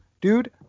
dude